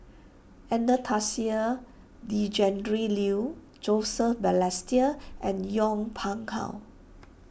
Anastasia Tjendri Liew Joseph Balestier and Yong Pung How